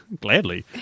Gladly